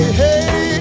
hey